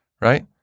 Right